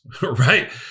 right